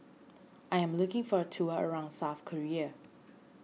I am looking for a tour around South Korea